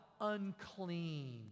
unclean